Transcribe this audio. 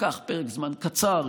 לקח פרק זמן קצר,